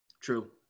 True